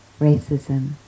racism